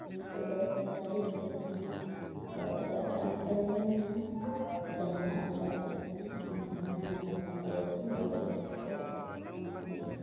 ᱱᱤᱛᱟᱹᱜ ᱫᱚ ᱨᱟᱸᱪᱤ ᱨᱮᱜᱮ ᱛᱟᱦᱮᱱᱟᱭ ᱟᱫᱚ ᱟᱡᱟᱜ ᱚᱲᱟᱜ ᱮᱢ ᱥᱮᱱᱞᱮᱱᱠᱷᱟᱱ ᱡᱟᱦᱟᱱᱟᱜ ᱮᱢ ᱞᱟᱹᱠᱛᱤᱜ ᱠᱟᱱᱟ ᱮᱱᱠᱷᱟᱱ ᱫᱚ ᱚᱱᱟ ᱠᱟᱛᱷᱟ ᱞᱟᱹᱭᱟ ᱠᱷᱟᱱ ᱜᱚᱲᱚᱥᱚᱯᱚᱦᱚᱫ ᱫᱚᱭ ᱮᱢᱚᱜ ᱜᱮᱭᱟ